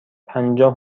پنجاه